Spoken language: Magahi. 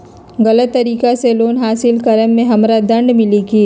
गलत तरीका से लोन हासिल कर्म मे हमरा दंड मिली कि?